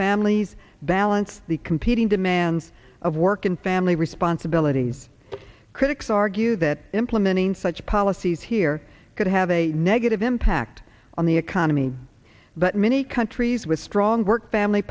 families balance the competing demands of work and family responsibilities critics argue that implementing such policies here could have a negative impact on the economy but many countries with strong work family